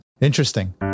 interesting